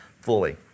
fully